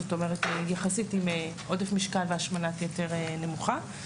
זאת אומרת היא יחסית עם עודף משקל והשמנת יתר נמוכה.